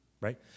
right